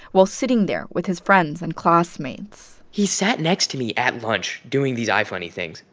while sitting there with his friends and classmates he sat next to me at lunch doing these ifunny things.